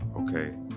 okay